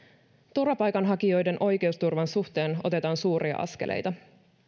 turvapaikanhakijoiden oikeusturvan suhteen otetaan suuria askeleita